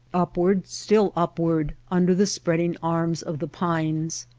upward, still upward, under the spreading arms of the pines!